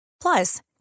Plus